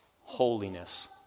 holiness